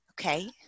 Okay